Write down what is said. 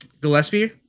Gillespie